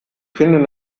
finden